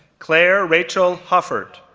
claire rachel hoffert,